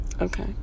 okay